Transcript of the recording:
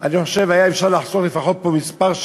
היה אפשר לחסוך פה לפחות כמה שעות,